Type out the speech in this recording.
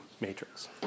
matrix